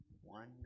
one